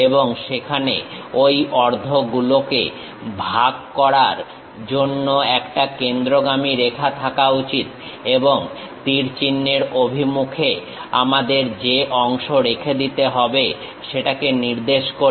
এবং সেখানে ঐ অর্ধগুলোকে ভাগ করার জন্য একটা কেন্দ্রগামী রেখা থাকা উচিত এবং তীর চিহ্নের অভিমুখ আমাদের যে অংশ রেখে দিতে হবে সেটাকে নির্দেশ করে